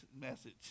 message